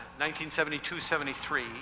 1972-73